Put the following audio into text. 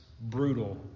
brutal